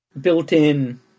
built-in